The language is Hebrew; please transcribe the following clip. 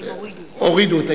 הם הורידו.